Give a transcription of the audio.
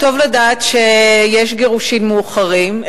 טוב לדעת שיש גירושים מאוחרים,